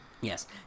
Yes